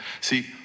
see